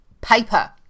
paper